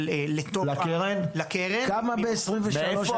זו חברה --- אם זה היה